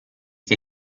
che